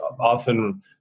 often